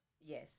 Yes